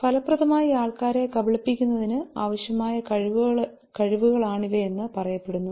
ഫലപ്രദമായി ആൾക്കാരെ കബളിപ്പിക്കുന്നതിന് ആവശ്യമായ കഴിവുകളാണിവയെന്ന് പറയപ്പെടുന്നു